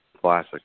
Classic